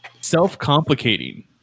Self-complicating